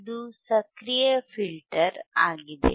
ಇದು ಸಕ್ರಿಯ ಫಿಲ್ಟರ್ ಆಗಿದೆ